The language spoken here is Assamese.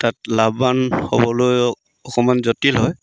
তাত লাভৱান হ'বলৈ অকণমান জটিল হয়